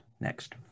next